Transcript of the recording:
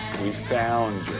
we found